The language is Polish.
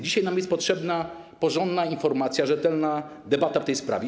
Dzisiaj nam jest potrzebna porządna informacja, rzetelna debata w tej sprawie.